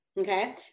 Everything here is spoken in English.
Okay